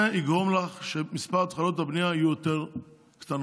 זה יגרום לכך שמספר התחלות הבנייה יהיה יותר קטן.